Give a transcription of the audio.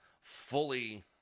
fully